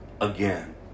again